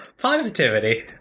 Positivity